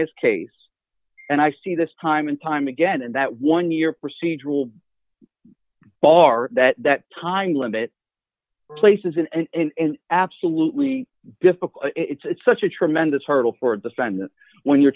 this case and i see this time and time again and that one year procedural bar that that time limit places in and absolutely difficult it's such a tremendous hurdle for a defendant when you're